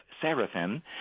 seraphim